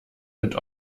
mit